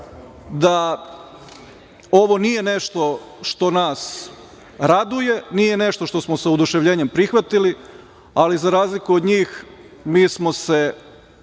da ovo nije nešto što nas raduje, nije nešto što smo sa oduševljenjem prihvatili, ali za razliku od njih, mi smo se